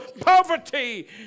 poverty